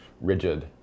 rigid